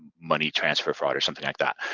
money transfer fraud or something like that.